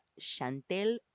Chantel